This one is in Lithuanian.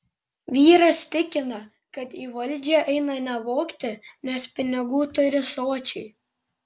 vyras tikina kad į valdžią eina ne vogti nes pinigų turi sočiai